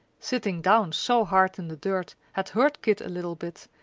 sitting down so hard in the dirt had hurt kit a little bit,